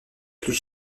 plus